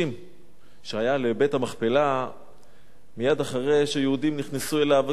שהיה לבית-המכפלה מייד אחרי שיהודים נכנסו אליו,